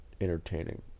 entertaining